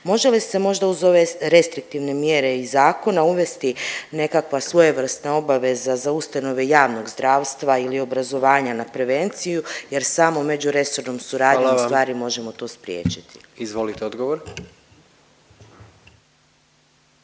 Može li se možda uz ove restriktivne mjere iz zakona uvesti nekakva svojevrsna obaveza za ustanove javnog zdravstva ili obrazovanja na prevenciju jer samo međuresornom suradnjom ustvari … .../Upadica: Hvala vam./... možemo to